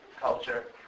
culture